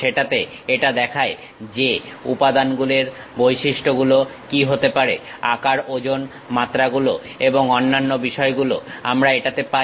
সেটাতে এটা দেখায় যে উপাদানের বৈশিষ্ট্যগুলো কি হতে পারে আকার ওজন মাত্রাগুলো এবং অন্যান্য বিষয়গুলো আমরা এটাতে পাই